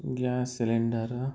gas cylinder